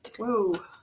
Whoa